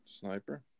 Sniper